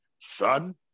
son